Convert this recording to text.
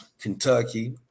Kentucky